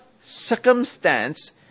circumstance